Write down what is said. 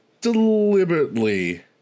deliberately